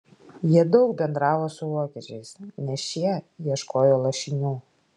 jie daug bendravo su vokiečiais nes šie ieškojo lašinių